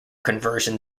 conversion